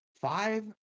Five